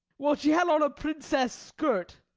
well, she had on a princess skirt.